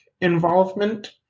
involvement